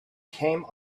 came